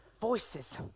voices